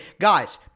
Guys